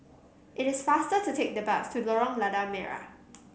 it is faster to take the bus to Lorong Lada Merah